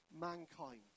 mankind